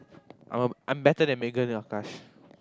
I I'm better than Megan at a lot of task